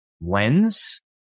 lens